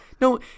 No